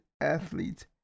athletes